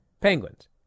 Penguins